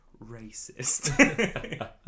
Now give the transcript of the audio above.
racist